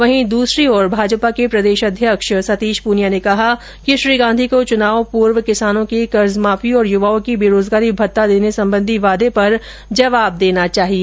वहीं दूसरी ओर भाजपा के प्रदेश अध्यक्ष सतीश पुनिया ने कहा कि श्री गांधी को चुनाव पूर्व किसानों की कर्जमाफी और युवाओं को बेरोजगारी भत्ता देने संबंधी वादे पर जवाब देना चाहिए